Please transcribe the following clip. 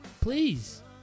Please